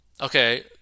Okay